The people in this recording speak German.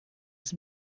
ist